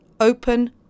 Open